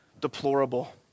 deplorable